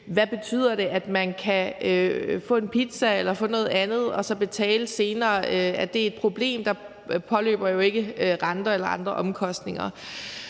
Hvad betyder det, at man kan få en pizza eller få noget andet og så betale senere? Er det et problem, for der påløber jo ikke renter eller andre omkostninger?